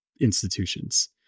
institutions